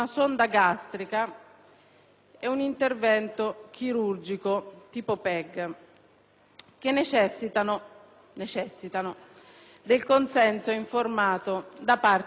e un intervento chirurgico tipo PEG che necessitano del consenso informato da parte del paziente.